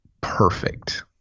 perfect